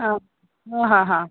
ह हा हा हा